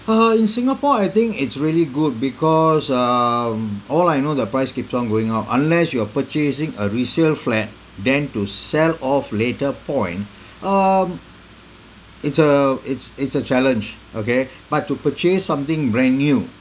uh in Singapore I think it's really good because um all I know the price keeps on going up unless you are purchasing a resale flat then to sell off later point um it's a it's it's a challenge okay but to purchase something brand new